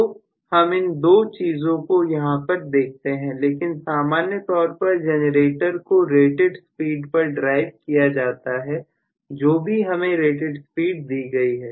तो हम इन दो चीजों को यहां पर देखते हैं लेकिन सामान्य तौर पर जनरेटर को रेटेड स्पीड पर ड्राइव किया जाता है जो भी हमें रेटेड स्पीड दी गई है